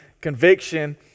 conviction